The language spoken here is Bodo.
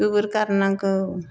गोबोर गारनांगौ